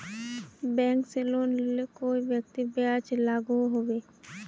Bank से loan लिले कई व्यक्ति ब्याज लागोहो होबे?